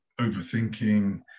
overthinking